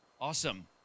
Awesome